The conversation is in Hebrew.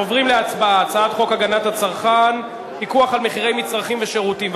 הצעת חוק פיקוח על מחירי מצרכים ושירותים (תיקון,